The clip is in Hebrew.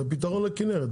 זה פתרון לכנרת.